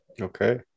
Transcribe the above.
Okay